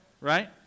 right